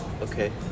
Okay